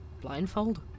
blindfold